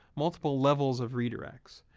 multiple levels of redirects.